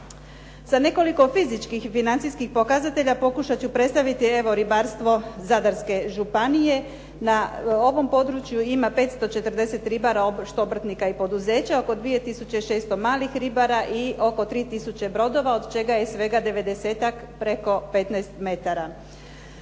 Sa nekoliko fizičkih i financijskih pokazatelja pokušat ću predstaviti evo ribarstvo Zadarske županije. Na ovom području ima 540 ribara, što obrtnika i poduzeća. Oko 2600 malih ribara i oko 3000 brodova od čega je svega devedesetak preko 15 metara.